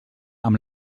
amb